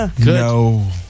No